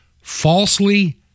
falsely